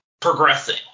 progressing